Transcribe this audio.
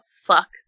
fuck